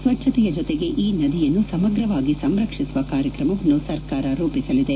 ಸ್ವಜ್ಣತೆಯ ಜೊತೆಗೆ ಈ ನದಿಯನ್ನು ಸಮಗ್ರವಾಗಿ ಸಂರಕ್ಷಿಸುವ ಕಾರ್ಯಕ್ರಮವನ್ನು ಸರ್ಕಾರ ರೂಪಿಸಲಿದೆ